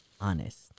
honest